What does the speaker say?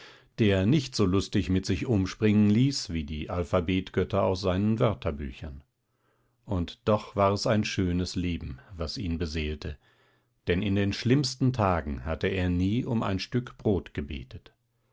der nicht so lustig mit sich umspringen ließ wie die alphabetgötter aus seinen wörterbüchern und doch war es ein schönes leben was ihn beseelte denn in den schlimmsten tagen hatte er nie um ein stück brot gebetet